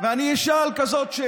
ואני אשאל שאלה כזאת: